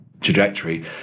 trajectory